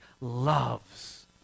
loves